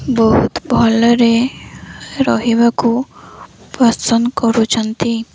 ବହୁତ ଭଲରେ ରହିବାକୁ ପସନ୍ଦ କରୁଛନ୍ତି